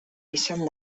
izan